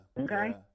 Okay